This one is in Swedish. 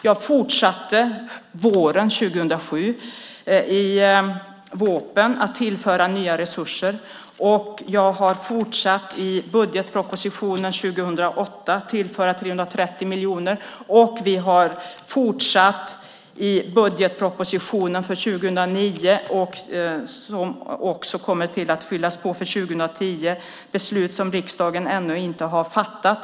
Jag fortsatte våren 2007 i vårpropositionen att tillföra nya resurser, jag har fortsatt i budgetpropositionen 2008 där jag tillfört 330 miljoner, och vi har fortsatt i budgetpropositionen för 2009. Det kommer också att fyllas på 2010. Det är ett beslut som riksdagen ännu inte har fattat.